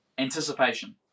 Anticipation